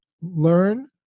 learn